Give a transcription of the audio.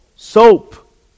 Soap